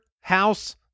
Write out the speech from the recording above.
House